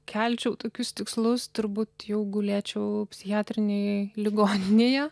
kelčiau tokius tikslus turbūt jau gulėčiau psichiatrinėj ligoninėje